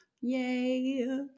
yay